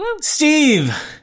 steve